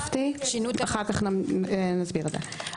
אחר כך נסביר את זה.